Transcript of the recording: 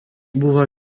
buvo